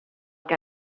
que